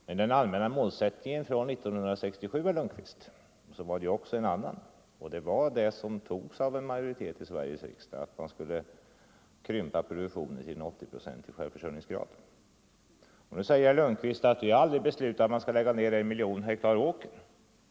Men den allmänna målsättningen från 1967, statsrådet Lundkvist, var också en annan. En majoritet i Sveriges riksdag antog förslaget att krympa produktionen till 80 procents självförsörjningsgrad. Nu säger statsrådet Lundkvist att vi aldrig har beslutat att lägga ned en miljon hektar åker.